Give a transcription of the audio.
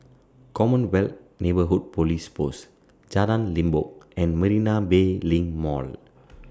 Commonwealth Neighbourhood Police Post Jalan Limbok and Marina Bay LINK Mall